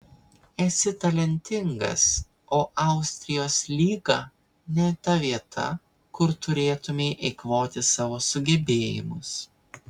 esi talentingas o austrijos lyga ne ta vieta kur turėtumei eikvoti savo sugebėjimus